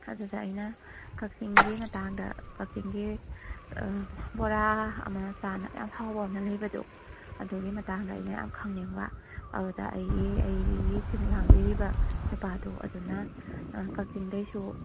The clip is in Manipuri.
ꯑꯗꯨꯗ ꯑꯩꯅ ꯀꯛꯆꯤꯡꯒꯤ ꯃꯇꯥꯡꯗ ꯀꯛꯆꯤꯡꯒꯤ ꯕꯣꯔꯥ ꯑꯃ ꯌꯥꯝ ꯍꯥꯎꯕ ꯑꯃ ꯂꯩꯕꯗꯣ ꯑꯗꯨꯒꯤ ꯃꯇꯥꯡꯗ ꯑꯩꯅ ꯌꯥꯝ ꯈꯪꯅꯤꯡꯕ ꯑꯗꯨꯗ ꯑꯩꯒꯤ ꯑꯩꯒꯤ ꯁꯤꯜ ꯂꯥꯡꯕꯤꯔꯤꯕ ꯅꯨꯄꯥꯗꯣ ꯑꯗꯨꯅ ꯀꯛꯆꯤꯡꯗꯩꯁꯨ